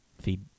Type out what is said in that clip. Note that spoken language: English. feed